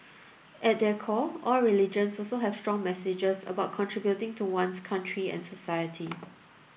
at their core all religions also have strong messages about contributing to one's country and society